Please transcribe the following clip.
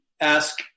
ask